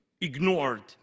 ignored